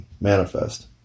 manifest